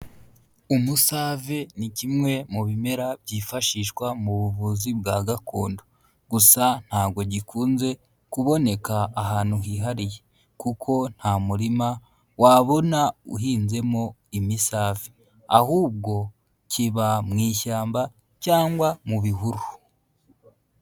Umusave ni kimwe mu bimera byifashishwa mu buvuzi bwa gakondo, gusa ntabwo gikunze kuboneka ahantu hihariye kuko nta murima wabona uhinzemo imisave; ahubwo kiba mu ishyamba cyangwa mu bihuru.